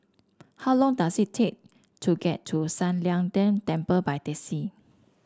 how long does it take to get to San Lian Deng Temple by taxi